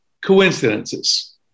coincidences